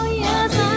yes